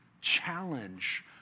challenge